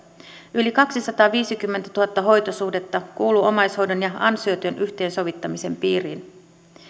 yli kaksisataaviisikymmentätuhatta hoitosuhdetta kuuluu omaishoidon ja ansiotyön yhteensovittamisen piiriin